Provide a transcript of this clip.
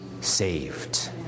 saved